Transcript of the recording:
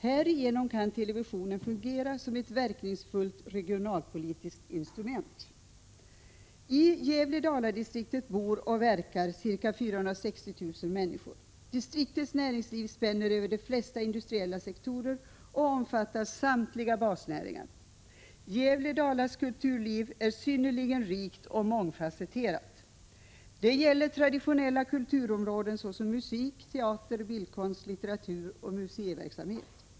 Härigenom kan televisionen fungera som ett verkningsfullt regionalpolitiskt instrument. I Gävle-Dala-distriktet bor och verkar ca 460 000 människor. Distriktets näringsliv spänner över de flesta industriella sektorer och omfattar samtliga basnäringar. Distriktets kulturliv är synnerligen rikt och mångfasetterat. Det gäller traditionella kulturområden såsom musik, teater, bildkonst, litteratur och museiverksamhet.